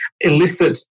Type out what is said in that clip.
Illicit